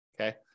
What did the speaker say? okay